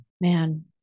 Man